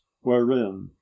wherein